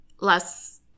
less